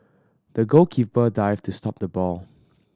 the goalkeeper dived to stop the ball